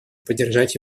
поддержать